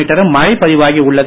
மீட்டரும் மழை பதிவாகி உள்ளது